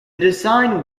design